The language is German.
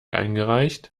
eingereicht